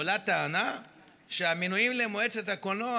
עולה טענה שהמינויים למועצת הקולנוע